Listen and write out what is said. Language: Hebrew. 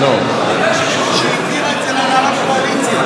שהיא העבירה את זה להנהלת הקואליציה.